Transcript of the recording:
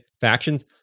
factions